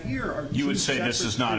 here are you would say this is not